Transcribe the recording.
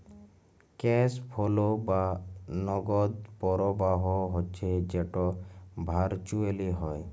cash flow বা নগদ পরবাহ হচ্যে যেট ভারচুয়েলি হ্যয়